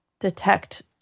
Detect